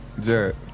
Jared